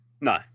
no